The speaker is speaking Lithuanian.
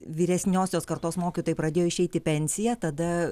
vyresniosios kartos mokytojai pradėjo išeiti į pensiją tada